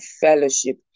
fellowship